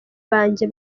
banjye